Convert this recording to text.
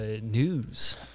news